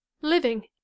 Living